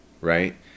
Right